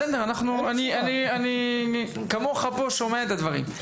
בסדר, אני כמוך פה שומע את הדברים.